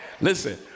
Listen